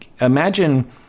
imagine